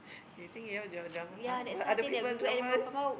you think you have the drama but other people drama is